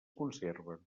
conserven